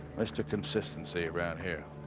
mr consistency around here.